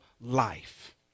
life